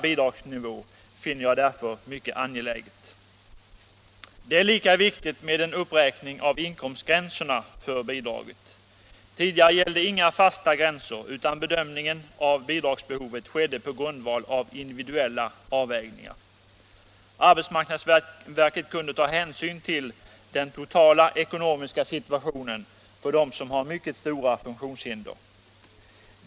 Det är lika viktigt med en uppräkning av inkomstgränserna för bidraget. Tidigare gällde inga fasta gränser, utan bedömningen av bidragsbehovet skedde på grundval av individuella avvägningar. Arbetsmarknadsverket kunde ta hänsyn till den totala ekonomiska situationen för den som har mycket stora funktionshinder.